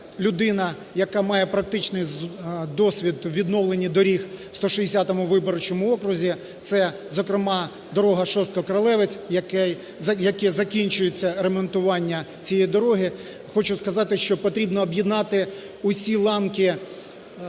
людина, яка має практичний досвід у відновленні доріг у 160 виборчому окрузі, це зокрема дорога Шостка-Кролевець, закінчується ремонтування цієї дороги, хочу сказати, що потрібно об'єднати усі ланки